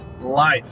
Life